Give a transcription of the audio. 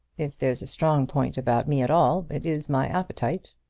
if there's a strong point about me at all, it is my appetite.